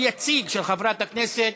חבר הכנסת